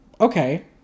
okay